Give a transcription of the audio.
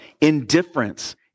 Indifference